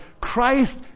christ